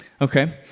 okay